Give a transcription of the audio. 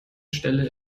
stelle